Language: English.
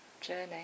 journey